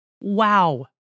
Wow